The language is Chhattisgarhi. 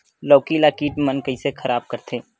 लौकी ला कीट मन कइसे खराब करथे?